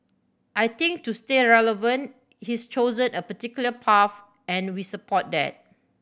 I think to stay relevant he's chosen a particular path and we support that